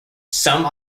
some